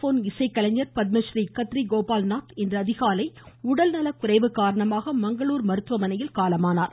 phone இசைக்கலைஞர் பத்மறீ கத்ரி கோபால்நாத் இன்று அதிகாலை உடல்நலக் குறைவு காரணமாக மங்களூர் மருத்துவமனையில் காலமானார்